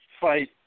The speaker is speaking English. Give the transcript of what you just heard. Fight